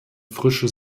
frische